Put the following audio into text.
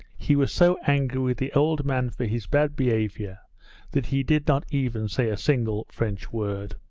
he was so angry with the old man for his bad behaviour that he did not even say a single french word.